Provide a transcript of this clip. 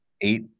eight